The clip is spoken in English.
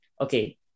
Okay